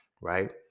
right